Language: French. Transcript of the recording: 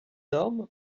ormes